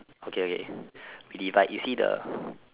okay okay we divide you see the